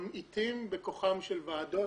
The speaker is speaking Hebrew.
ממעיטים בכוחן של ועדות.